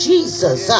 Jesus